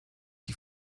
die